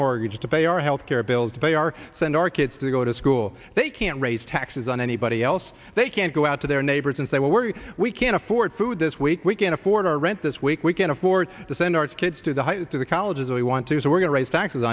mortgage to pay our health care bills to pay or send our kids to go to school they can't raise taxes on anybody else they can't go out to their neighbors and say well worry we can't afford food this week we can't afford our rent this week we can't afford to send our kids to the high to the colleges that we want to so we're going to raise taxes